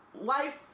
life